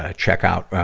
ah check out, ah,